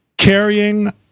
Carrying